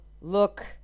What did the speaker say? look